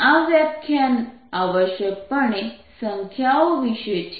તેથી આ વ્યાખ્યાન આવશ્યકપણે સંખ્યાઓ વિશે છે